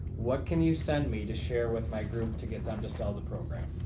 what can you send me to share with my group to get them to sell the program?